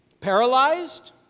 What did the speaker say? paralyzed